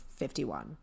51